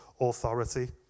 authority